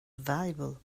valuable